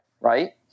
right